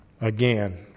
Again